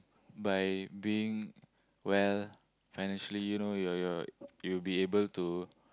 by being well financially you know your your you'll be able to